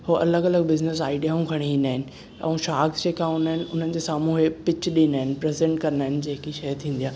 हू अलॻि अलॻि बिज़निस आइडियाऊं खणी ईंदा आहिनि ऐं शार्क्स जेका हूंदा आहिनि हुननि जे साम्हूं हे पिच ॾींदा आहिनि प्रेज़ेंट कदां आहिनि जेकि शई थींदी आहे